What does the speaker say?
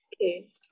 Okay